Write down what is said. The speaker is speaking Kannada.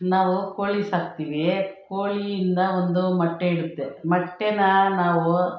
ನಾವು ಕೋಳಿ ಸಾಕ್ತೀವಿ ಕೋಳಿಯಿಂದ ಒಂದು ಮೊಟ್ಟೆ ಇಡುತ್ತೆ ಮೊಟ್ಟೆನ ನಾವು